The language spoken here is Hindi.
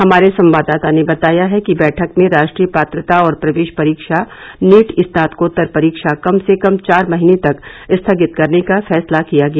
हमारे संवाददाता ने बताया है कि बैठक में राष्ट्रीय पात्रता और प्रवेश परीक्षा नीट स्नातकोत्तर परीक्षा कम से कम चार महीने तक स्थगित करने का फैसला किया गया